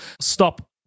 stop